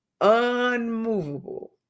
unmovable